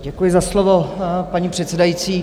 Děkuji za slovo, paní předsedající.